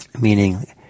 Meaning